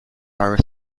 are